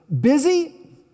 busy